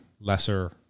lesser